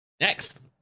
Next